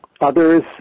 Others